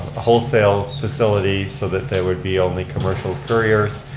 wholesale facility so that there would be only commercial couriers,